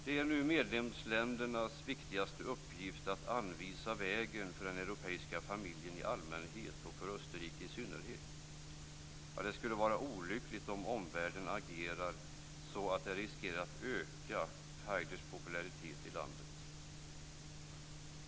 Det är nu medlemsländernas viktigaste uppgift att anvisa vägen för den europeiska familjen i allmänhet och för Österrike i synnerhet. Det skulle vara olyckligt om omvärlden agerar så att den riskerar att öka Haiders popularitet i landet.